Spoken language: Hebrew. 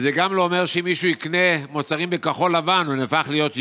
זה גם לא אומר שאם מישהו יקנה מוצרים כחול-לבן הוא הופך להיות יהודי.